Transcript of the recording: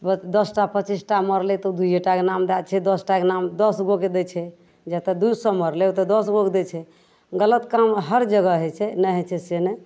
दस टा पचीस टा मरलै तऽ ओ दुइए टाके नाम दै दै छै दस टाके नाम दस गोके दै छै जतए दुइ सओ मरलै ओतए दस गोके दै छै गलत काम हर जगह होइ छै नहि होइ छै से नहि